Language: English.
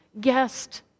guest